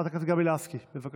חברת הכנסת גבי לסקי, בבקשה.